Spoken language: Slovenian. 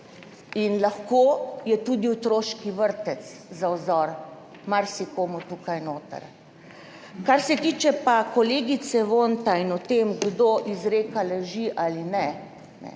In lahko je tudi otroški vrtec za vzor marsikomu tukaj noter. Kar se tiče pa kolegice Vonta in o tem kdo izreka laži ali ne, smo